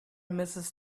mrs